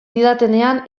didatenean